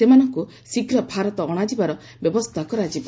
ସେମାନଙ୍କୁ ଶୀଘ୍ର ଭାରତ ଅଣାଯିବାର ବ୍ୟବସ୍ଥା କରାଯିବ